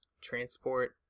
transport